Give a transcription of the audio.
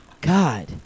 God